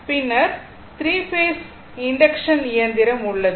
பின்னர் 3 phase induction இயந்திரம் உள்ளது